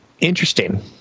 interesting